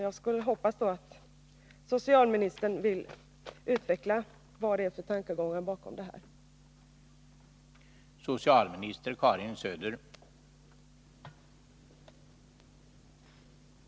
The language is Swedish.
Jag hoppas att socialministern vill utveckla vad det är för tankegångar bakom de regler som finns.